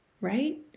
Right